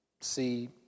see